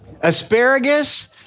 Asparagus